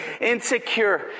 insecure